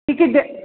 ticket they